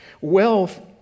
Wealth